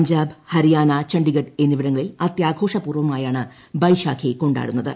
പഞ്ചാബ് ഹരിയാന ചണ്ഡിഗഢ് എന്നിവിട ങ്ങളിൽ അത്യാഘോഷ പൂർവ്വമായാണ് ബൈശാഖി കൊണ്ടാടുന്ന ത്